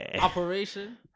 operation